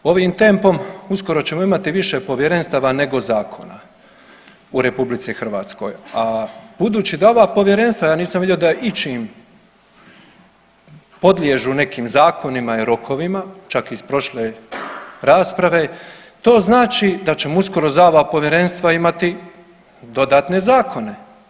Ovim tempom uskoro ćemo imati više povjerenstava nego zakona u RH, a budući da ova povjerenstva ja nisam vidio da ičim podliježu nekim zakonima i rokovima čak iz prošle rasprave, to znači da ćemo uskoro za ova povjerenstva imati dodatne zakone.